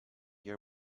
your